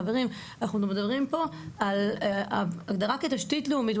חברים, אנחנו מדברים פה על הגדרה כתשתית לאומית.